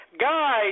Guys